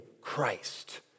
Christ